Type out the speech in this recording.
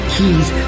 keys